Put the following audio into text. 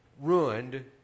ruined